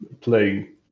playing